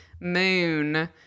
moon